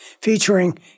featuring